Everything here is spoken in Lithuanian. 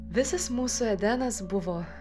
visas mūsų edenas buvo